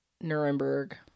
Nuremberg